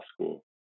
school